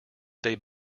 they